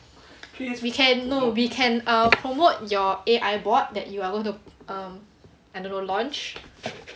we can no we can err promote your A_I bot that you're going to um I don't know launch